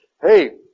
hey